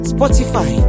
Spotify